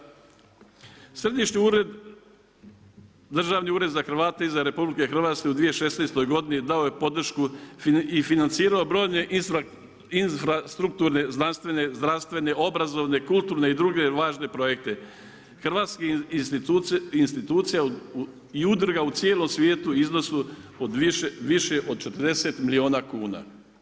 Središnji ured, državni ured za Hrvate izvan RH, u 2016. dao je podršku i financirao brojne infrastrukturne, znanstvene, zdravstvene, obrazovne, kulturne i druge važne projekte, hrvatskih institucija i udruga u cijelom svijetu u iznosu od više od 40 milijuna kuna.